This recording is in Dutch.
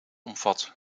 omvat